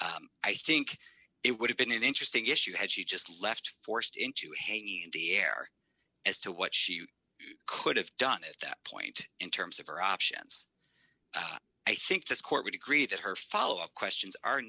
i think it would have been an interesting issue had she just left forced into hanging in the air as to what she could have done as that point in terms of her options i think this court would agree that her follow up questions are